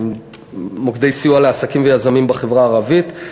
מוקדי סיוע לעסקים ויזמים בחברה הערבית,